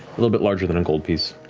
a little bit larger than a gold piece.